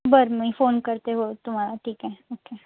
बर मी फोन करते मग तुम्हाला ठीक आहे